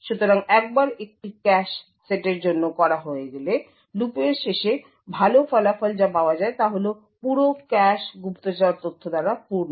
সুতরাং একবার এটি সমস্ত ক্যাশ সেটের জন্য করা হয়ে গেলে লুপের শেষে ভাল ফলাফল যা পাওয়া যায় তা হল পুরো ক্যাশ গুপ্তচর তথ্য দ্বারা পূর্ণ